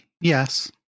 Yes